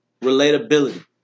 Relatability